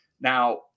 Now